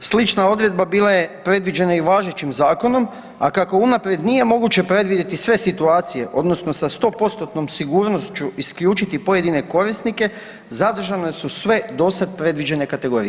Slična odredba bila je predviđena i važećim zakonom, a kako unaprijed nije moguće predvidjeti sve situacije odnosno sa 100%-tnom sigurnošću isključiti pojedine korisnike, zadržane su sve dosad predviđene kategorije.